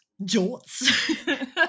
Jorts